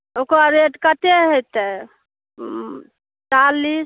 ओकर रेट कतेक हेतै उँ चालिस